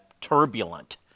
turbulent